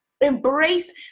Embrace